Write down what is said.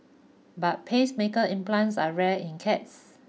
but pacemaker implants are rare in cats